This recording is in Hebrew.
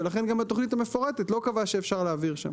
ולכן גם התוכנית המפורטת לא קבעה שאפשר להעביר שם.